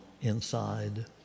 inside